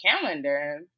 calendar